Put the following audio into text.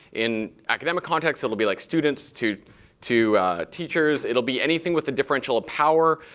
in academic context, it will be like students to to teachers. it'll be anything with a differential of power.